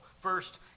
First